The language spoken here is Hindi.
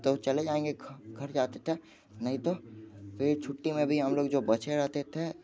तो चले जाएंगे घर जाकर नहीं तो फिर छुट्टी में भी हम लोग जो बच्चे रहते थे